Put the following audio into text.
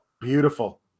Beautiful